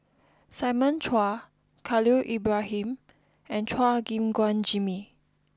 Simon Chua Khalil Ibrahim and Chua Gim Guan Jimmy